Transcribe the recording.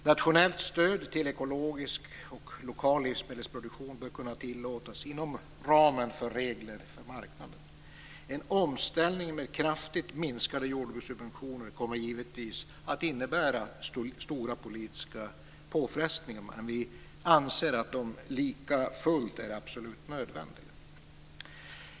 Nationellt stöd till ekologisk och lokal livsmedelsproduktion bör kunna tillåtas inom ramen för regler för marknaden. En omställning med kraftigt minskade jordbrukssubventioner kommer givetvis att innebära stora politiska påfrestningar, men vi anser att detta likafullt är absolut nödvändigt.